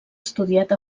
estudiat